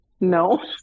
No